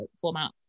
format